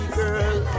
girl